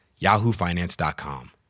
yahoofinance.com